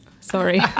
Sorry